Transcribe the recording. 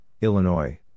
Illinois